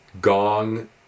gong